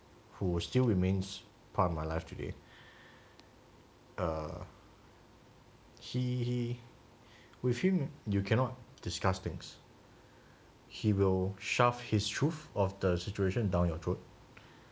who were still remains part of my life today err he he with you cannot discuss things he will shoved his truth of the situation down your throat